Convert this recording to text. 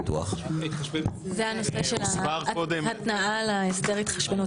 זה הנושא של ההתנעה להסדר התחשבנות.